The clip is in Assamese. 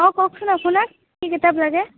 অঁ কওকচোন আপোনাক কি কিতাপ লাগে